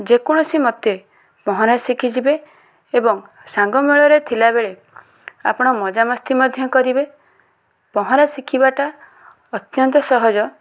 ଯେକୌଣସି ମୋତେ ପହଁରା ଶିଖିଯିବେ ଏବଂ ସାଙ୍ଗ ମେଳରେ ଥିଲାବେଳେ ଆପଣ ମଜାମସ୍ତି ମଧ୍ୟ କରିବେ ପହଁରା ଶିଖିବାଟା ଅତ୍ୟନ୍ତ ସହଜ